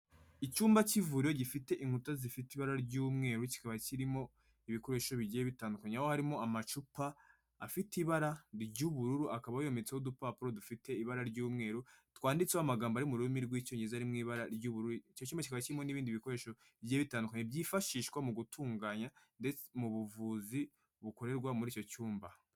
Icyumba cy'ivuriro gifite inkuta zifite ibara ry'umweru kikaba kirimo ibikoresho bigiye bitandukanye. Aho harimo amacupa afite ibara ry'ubururu akaba yometseho udupapuro dufite ibara ry'umweru twanditseho amagambo ari mu rurimi rw'icyongereza ari mu ibara ry'ubururu. Icyo cyumba kikaba kirimo n'ibindi bikoresho bigiye bitandukanye byifashishwa mu gutunganya ndetse mu buvuzi bukorerwa muri icyo cyumba.